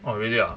oh really ah